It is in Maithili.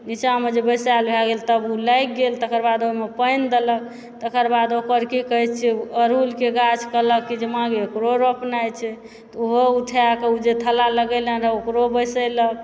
निचाँमे जे बैसाएल भए गेल तभ ओ लागि गेल तकर बाद ओहिमे पानि देलहुँ तकर बाद ओहि पर की कहै छिऐ अड़हूलके गाछ कहलक कि जे माँ गय ओकरो रोपनाए छै तऽ ओहो उठाए कऽ ओ जे थल्ला लगेने रहै ओकरो बैसेलक